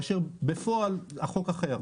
בפועל החוק אחר.